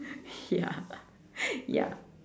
ya ya